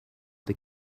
the